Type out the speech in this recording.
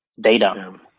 data